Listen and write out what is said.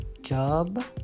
job